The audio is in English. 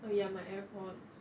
oh ya my airpods